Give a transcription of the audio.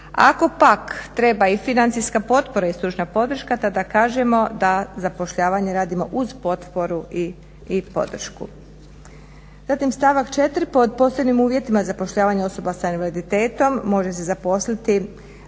Ako pak treba i financijska potpora i stručna podrška tada kažemo da zapošljavanje radimo uz potporu i podršku. Zatim stavak 4., pod posebnim uvjetima zapošljavanja osoba s invaliditetom može se zaposliti